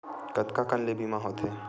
कतका कन ले बीमा होथे?